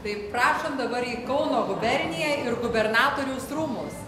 tai prašom dabar į kauno guberniją ir gubernatoriaus rūmus